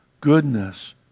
goodness